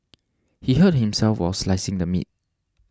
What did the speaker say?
he hurt himself while slicing the meat